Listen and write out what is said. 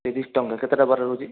ତିରିଶ୍ ଟଙ୍କା କେତେଟା ବରା ରହୁଛି